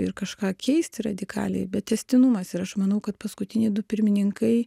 ir kažką keisti radikaliai bet tęstinumas ir aš manau kad paskutiniai du pirmininkai